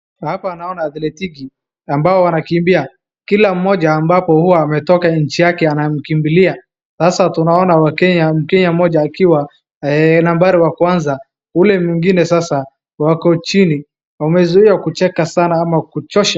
Hapa naona athletiki ambao wanakimbia, kila mmoja ambapo huwa ametoka nchi yake anamkimbilia, hasaa tunaona wakenya, mkenya mmoja akiwa nambari wa kwanza, ule mwingine sasa wako chini, wamezoea kucheka sana ama kuchosha.